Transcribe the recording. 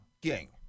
¿Quién